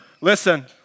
listen